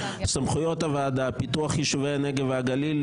סמכויות הוועדה: פיתוח יישובי הנגב והגליל,